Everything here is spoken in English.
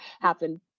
happen